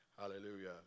Hallelujah